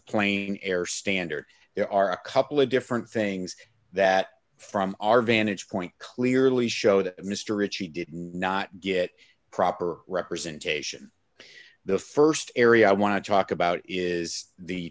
plain air standard there are a couple of different things that from our vantage point clearly show that mr ritchie did not get proper representation the st area i want to talk about is the